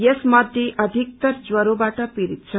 यसमा अधिकतर ज्वरोबाट पीड़ित छन्